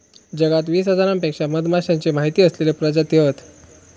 जगात वीस हजारांपेक्षा मधमाश्यांचे माहिती असलेले प्रजाती हत